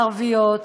ערביות,